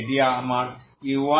এটি আমার u1